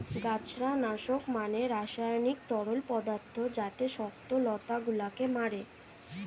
গাছড়া নাশক মানে রাসায়নিক তরল পদার্থ যাতে শক্ত লতা গুলোকে মারে